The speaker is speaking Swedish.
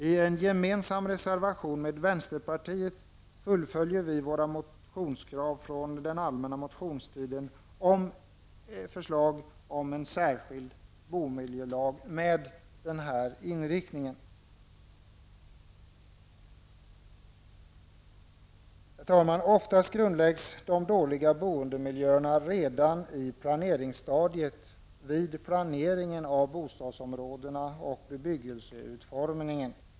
I en med vänsterpartiet gemensam reservation fullföljer vi våra motionskrav från den allmänna motionstiden om en särskild bomiljölag med den inriktningen. Herr talman! Oftast grundläggs de dåliga boendemiljöerna redan i planeringsstadiet vid planeringen av bostadsområdena och bebyggelseutformningen.